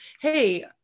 Hey